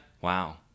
Wow